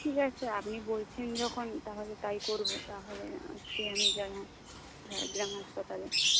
ঠিক আছে আপনি বলছেন যখন তাহলে তাই করবো তাহলে আজকে আমি যাবো ঝাড়গ্রাম হাসপাতালে